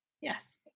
Yes